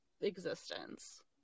existence